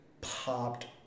popped